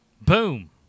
Boom